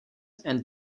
and